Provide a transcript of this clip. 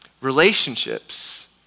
Relationships